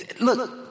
Look